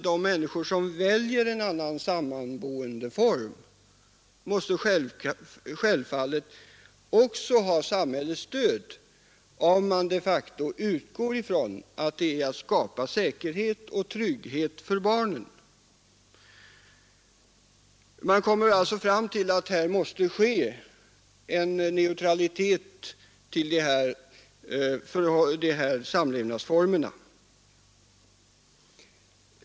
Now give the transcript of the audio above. De människor som väljer en annan sammanboendeform måste självfallet också ha samhällets stöd om man utgår ifrån att detta skall skapa säkerhet och trygghet för barnen. Man kommer alltså fram till att samhället måste visa en neutralitet till samlevnadsformerna.